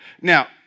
Now